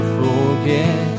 forget